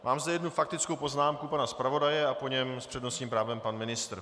Mám zde jednu faktickou poznámku pana zpravodaje, a po něm s přednostním právem pan ministr.